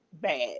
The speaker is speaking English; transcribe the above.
bad